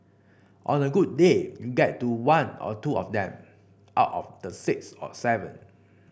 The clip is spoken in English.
on a good day you get to one or two of them out of the six or seven